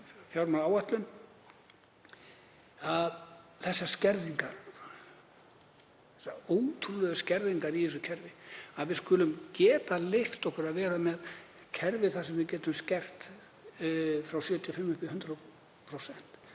fjármálaáætlun, varðandi þessar skerðingar, þessar ótrúlegu skerðingar í þessu kerfi, að við skulum geta leyft okkur að vera með kerfi þar sem við getum skert frá 75% upp í 100%,